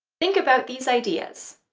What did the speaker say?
think about these ideas.